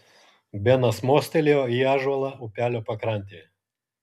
benas mostelėjo į ąžuolą upelio pakrantėje